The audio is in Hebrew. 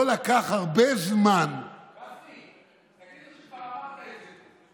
לא לקח הרבה זמן, גפני, תגיד לו שכבר אמרת את זה.